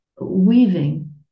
weaving